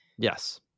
yes